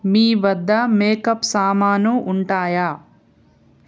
మీ వద్ద మేకప్ సామాను ఉంటాయా